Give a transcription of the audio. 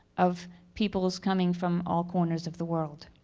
of peoples coming from all corners of the world.